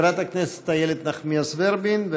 חברת הכנסת איילת נחמיאס ורבין,